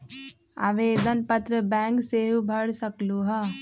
आवेदन पत्र बैंक सेहु भर सकलु ह?